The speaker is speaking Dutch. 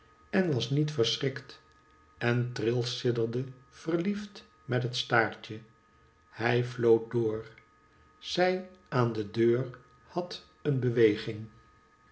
en was niet verschrikt en trilsidderde verliefd met het staartje hij floot door zij aan de deur had een beweging